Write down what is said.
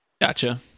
gotcha